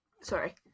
sorry